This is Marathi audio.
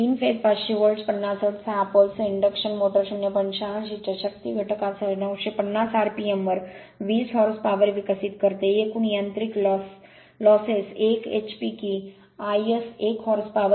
3 फेज 500 व्होल्ट 50 हर्ट्झ 6 poles सह इंडक्शन मोटर 086 च्या शक्ती घटक सह 950 आरपीएम वर 20 हॉर्स पावर विकसित करते एकूण यांत्रिक लॉसएस 1 hp की iS 1 हॉर्स पॉवर